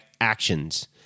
actions